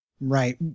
right